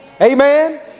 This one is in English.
Amen